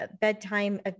bedtime